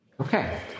Okay